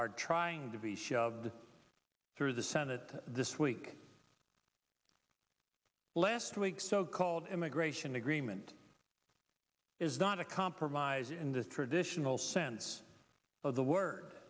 are trying to be shoved through the senate this week last week so called immigration agreement is not a compromise in the traditional sense of the word